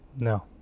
no